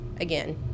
again